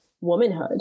womanhood